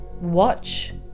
watch